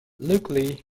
luckily